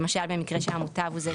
למשל במקרה שהמוטב הוא זה